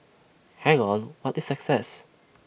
hang on what is success